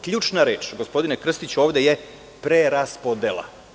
Ključna reč, gospodine Krstiću, ovde je preraspodela.